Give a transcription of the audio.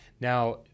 Now